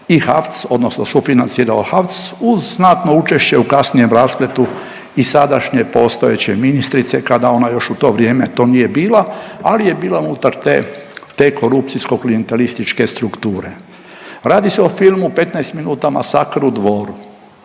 i HAVC odnosno sufinancirao HAVC uz znatno učešće u kasnijem raspletu i sadašnje postojeće ministrice kada ona još u to vrijeme to nije bila, ali je bila unutar te, te korupcijsko klijentelističke strukture. Radi se o filmu 15 minuta masakr u Dvoru.